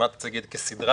כמעט רציתי להגיד כסדרה,